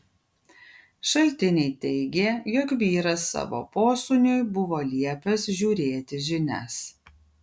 šaltiniai teigė jog vyras savo posūniui buvo liepęs žiūrėti žinias